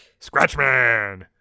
Scratchman